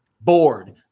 bored